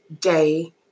day